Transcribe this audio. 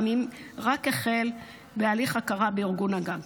גם אם רק החל בהליך הכרה בארגון הגג,